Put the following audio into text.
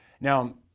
Now